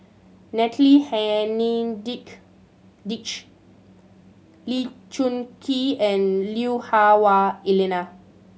Natalie Henne dige Lee Choon Kee and Lui Hah Wah Elena